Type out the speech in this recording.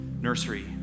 Nursery